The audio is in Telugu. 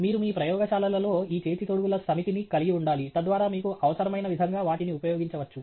మీరు మీ ప్రయోగశాలలలో ఈ చేతి తొడుగుల సమితిని కలిగి ఉండాలి తద్వారా మీకు అవసరమైన విధంగా వాటిని ఉపయోగించవచ్చు